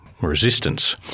resistance